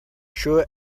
sure